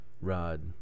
rod